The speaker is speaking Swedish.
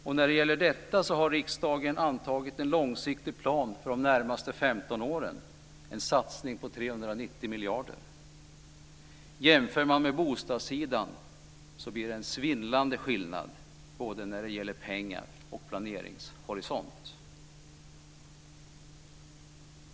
Riksdagen har när det gäller dessa antagit en långsiktig plan för de närmaste 15 åren med en satsning på 390 miljarder. Jämför man med bostadssidan blir det en svindlande skillnad både i pengar och planeringshorisont.